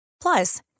Plus